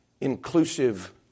inclusive